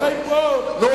נו,